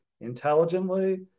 intelligently